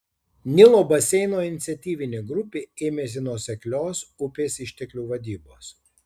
nilo baseino iniciatyvinė grupė ėmėsi nuoseklios upės išteklių vadybos